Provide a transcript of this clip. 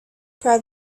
proud